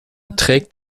trägt